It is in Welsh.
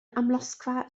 amlosgfa